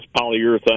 polyurethane